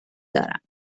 دارم